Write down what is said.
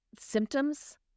symptoms